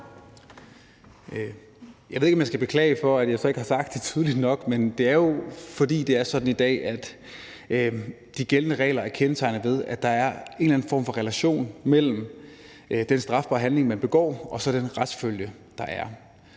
Jeg ved ikke, om jeg skal beklage, at jeg så ikke har sagt det tydeligt nok, men det er jo, fordi det er sådan i dag, at de gældende regler er kendetegnet ved, at der er en eller anden form for relation mellem den strafbare handling, man begår, og så den retsfølge, der er.